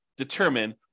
determine